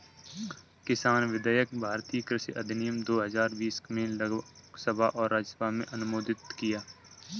किसान विधेयक भारतीय कृषि अधिनियम दो हजार बीस में लोकसभा और राज्यसभा में अनुमोदित किया